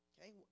Okay